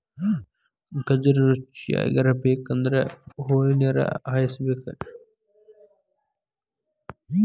ಗಜ್ರಿ ರುಚಿಯಾಗಬೇಕಂದ್ರ ಹೊಳಿನೇರ ಹಾಸಬೇಕ